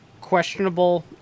questionable